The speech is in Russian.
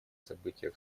событиях